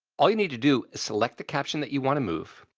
all you need to do is select the caption that you want to move,